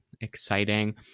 exciting